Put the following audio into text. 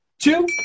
Two